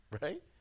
right